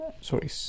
Sorry